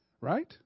right